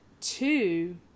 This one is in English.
two